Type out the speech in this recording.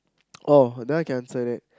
oh that one I can answer that